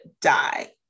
die